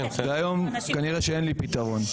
והיום כנראה שאין לי פתרון.